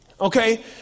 okay